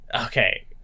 Okay